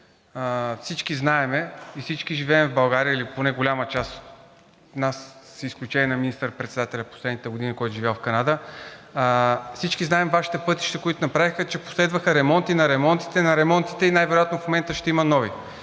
всички знаем и всички живеем в България или поне голяма част от нас с изключение на министър-председателя в последните години, който е живял в Канада. Всички знаем Вашите пътища, които направихте, че последваха ремонти на ремонтите, на ремонтите и най-вероятно в момента ще има нови.